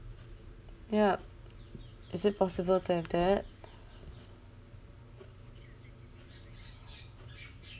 ya is it possible to have that